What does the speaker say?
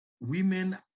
women